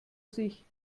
sich